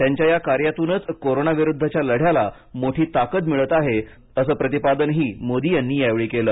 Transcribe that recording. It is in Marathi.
त्यांच्या या कार्यातूनच कोरोना विरुद्धच्या लढ्याला मोठी ताकद मिळते आहे असं प्रतिपादनही मोदी यांनी यावेळी केल